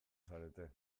zarete